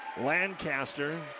Lancaster